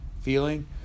feeling